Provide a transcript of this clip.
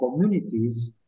communities